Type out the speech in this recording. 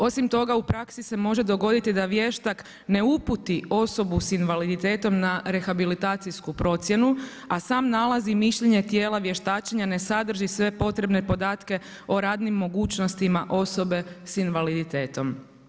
Osim toga u praksi se može dogoditi da vještak ne uputi osobu s invaliditetom na rehabilitacijsku procjenu, a sam nalaz i mišljenje tijela vještačenja ne sadrži sve potrebne podatke o radnim mogućnostima osobe s invaliditetom.